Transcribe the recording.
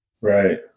Right